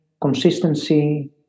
consistency